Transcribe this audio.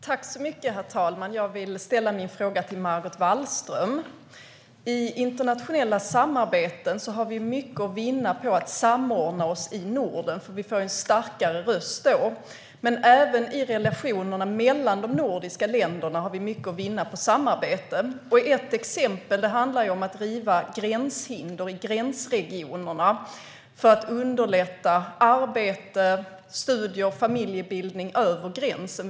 Herr talman! Jag vill ställa min fråga till Margot Wallström. I internationella samarbeten har vi i Norden mycket att vinna på att samordna oss. Då får vi en starkare röst. Men även i relationerna mellan de nordiska länderna har vi mycket att vinna på samarbete. Ett exempel handlar om att riva gränshinder i gränsregionerna, för att underlätta för arbete, studier och familjebildning över gränsen.